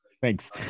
thanks